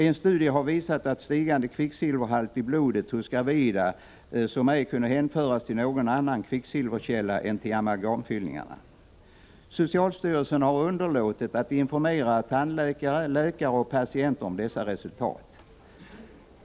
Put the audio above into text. En studie har också visat en stigande kvicksilverhalt i blodet hos — Nr 91 gravida som ej kunde hänföras till någon annan kvicksilverkälla än amalgamfyllningarna. Socialstyrelsen har underlåtit att informera tandläkare, läkare och patienter om dessa resultat.